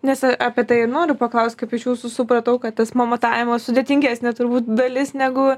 nes a apie tai ir noriu paklaust kaip iš jūsų supratau kad tas pamatavimas sudėtingesnė turbūt dalis negu